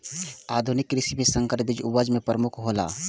आधुनिक कृषि में संकर बीज उपज में प्रमुख हौला